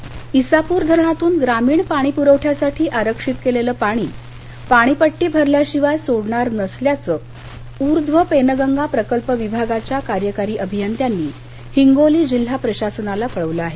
हिंगोली ईसापुर धरणातून ग्रामीण पाणी पुरवठ्यासाठी आरक्षित केलेलं पाणी पाणीपट्टी भरल्याशिवाय सोडणार नसल्याचं उर्ध्व पेनगंगा प्रकल्प विभागाच्या कार्यकारी अभियंत्यांनी हिंगोली जिल्हा प्रशासनाला कळविलं आहे